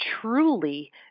truly